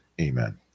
Amen